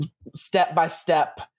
step-by-step